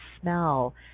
smell